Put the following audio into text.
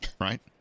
right